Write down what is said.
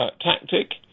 tactic